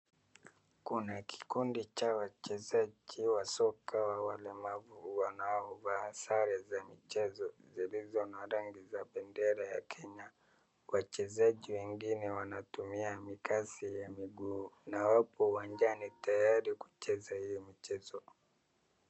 Kuna kikundi cha wachezaji wa soka au walemavu, wanaovaa sare za michezo zilizo na rangi za bendera ya Kenya, wachezaji wengine wanatumia mikasi ya miguu na wapo uwanjani tayari kucheza hiyo michezo.